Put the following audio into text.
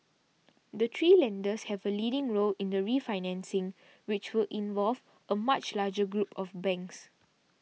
the three lenders have a leading role in the refinancing which will involve a much larger group of banks